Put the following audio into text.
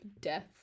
death